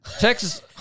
Texas